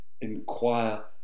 inquire